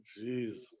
jeez